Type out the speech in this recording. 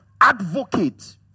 advocate